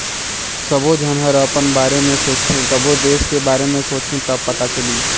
सबो झन हर अपन बारे में सोचथें कभों देस के बारे मे सोंचहि त पता चलही